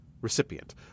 Recipient